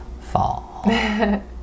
fall